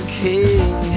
king